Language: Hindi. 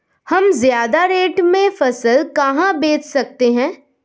हम ज्यादा रेट में फसल कहाँ बेच सकते हैं?